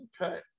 Okay